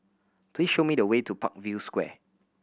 please show me the way to Parkview Square